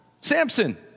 Samson